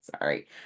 Sorry